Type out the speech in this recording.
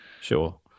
Sure